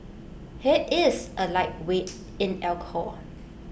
he is A lightweight in alcohol